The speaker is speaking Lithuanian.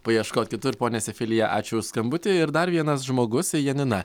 paieškot kitur ponia sefilija ačiū už skambutį ir dar vienas žmogus janina